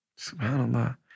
SubhanAllah